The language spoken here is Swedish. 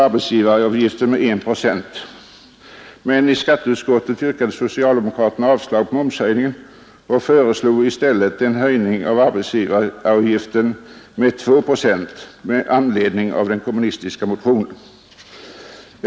arbetsgivaravgiften med 1 procent. Men i skatteutskottet yrkade socialdemokraterna avslag på momshöjningen och föreslog i stället en höjning av arbetsgivaravgiften med 2 procent med anledning av den kommunistiska motionen.